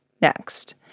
next